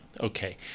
Okay